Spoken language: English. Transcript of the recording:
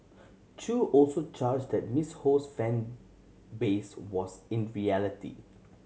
Chew also charged that Miss Ho's fan base was in reality